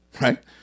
right